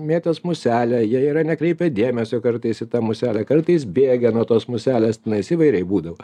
mėtęs muselę jie yra nekreipę dėmesio kartais į tą muselę kartais bėgę nuo tos muselės nes įvairiai būdavo